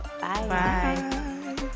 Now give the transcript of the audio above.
Bye